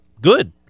good